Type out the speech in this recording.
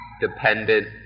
dependent